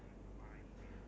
mm